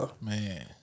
Man